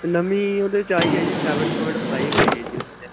ਅਤੇ ਨਵੀਂ ਉਹਦੇ 'ਚ ਆਈ ਹੈ ਜੀ ਸੈਵਨ ਪੋਆਇੰਟ ਫਾਈਵ ਆਈ ਹੈ ਜੀ ਉਹਦੀ ਨਵੀਂ